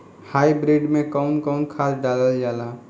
Hybrid में कउन कउन खाद डालल जाला?